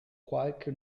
qualche